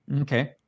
Okay